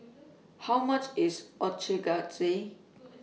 How much IS Ochazuke